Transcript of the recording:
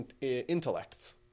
intellects